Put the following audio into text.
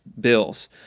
bills